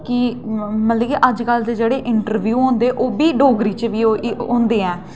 की मतलब अजकल जेह्ड़े इंटरव्यू होंदे ओह् बी डोगरी च बी होंदे ऐन